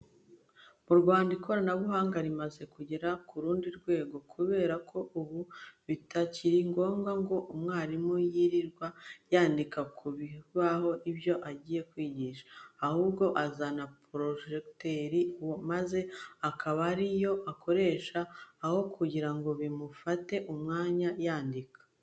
Mu Rwanda ikoranabuhanga rimaze kugera ku rundi rwego kubera ko ubu bitakiri ngombwa ngo umwarimu yirirwa yandika ku kibaho ibyo agiye kwigisha, ahubwo azana projector maze akaba ari yo akoresha aho kugira ngo bimufate umwanya yandika.